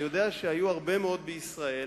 אני יודע שהיו הרבה מאוד בישראל,